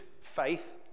faith